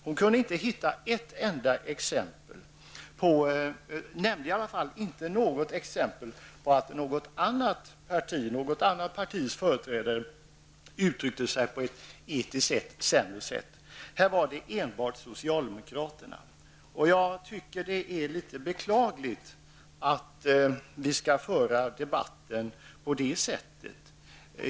Hon kunde inte hitta ett enda exempel på att något annat partis företrädare uttryckte sig på ett etiskt sämre sätt. Det var enbart socialdemokraterna. Jag tycker att det är litet beklagligt att vi skall föra debatten på det sättet.